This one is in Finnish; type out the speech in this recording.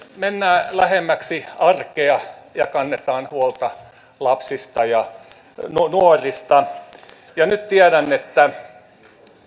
mennään lähemmäksi arkea ja kannetaan huolta lapsista ja nuorista nyt tiedän että